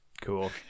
cool